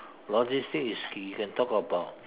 logistics is you can talk about